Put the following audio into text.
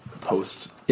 post